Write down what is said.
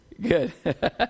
good